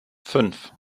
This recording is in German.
fünf